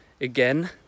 again